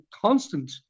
constant